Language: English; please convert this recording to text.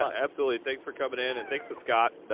ah absolutely. thanks for coming in. and thanks to scott, but